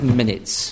minutes